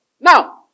Now